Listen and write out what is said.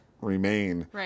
remain